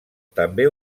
també